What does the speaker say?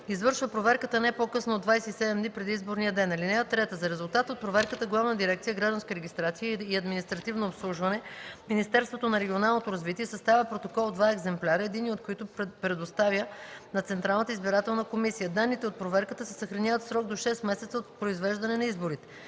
извършва проверката не по-късно от 27 дни преди изборния ден. (3) За резултата от проверката Главна дирекция „Гражданска регистрация и административно обслужване” в Министерството на регионалното развитие съставя протокол в два екземпляра, единия от които предоставя на Централната избирателна комисия. Данните от проверката се съхраняват в срок до 6 месеца от произвеждане на изборите.